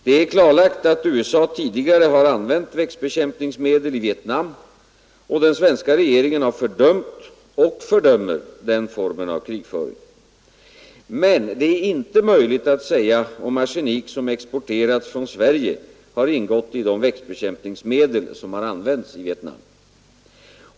Det är klarlagt att USA tidigare har använt växtbekämpningsmedel i Vietnam, och den svenska regeringen har fördömt och fördömer den formen av krigföring. Men det är inte möjligt att säga om arsenik som exporterats från Sverige har ingått i de växtbekämpningsmedel som har använts i Vietnam.